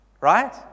Right